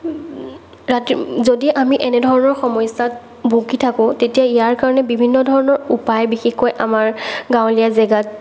যদি আমি এনেধৰণৰ সমস্যাত ভোগি থাকোঁ তেতিয়া ইয়াৰ কাৰণে বিভিন্ন ধৰণৰ উপায় বিশেষকৈ আমাৰ গাঁৱলীয়া জেগাত